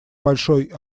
большой